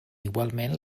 igualment